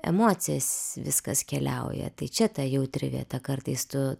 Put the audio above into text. emocijas viskas keliauja tai čia ta jautri vieta kartais tu